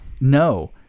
No